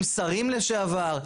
עם שרים לשעבר,